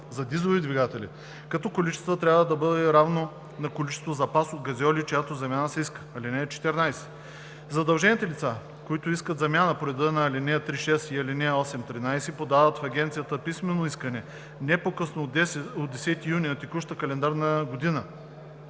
за дизелови двигатели, като количеството трябва да бъде равно на количеството запас от газьоли, чиято замяна се иска. (14) Задължените лица, които искат замяна по реда на ал. 3 – 6 и ал. 8 – 13, подават в агенцията писмено искане не по късно от 10 юни на текущата календарна година.